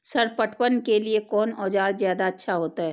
Sir पटवन के लीऐ कोन औजार ज्यादा अच्छा होते?